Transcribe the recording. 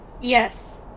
Yes